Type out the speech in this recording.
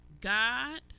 god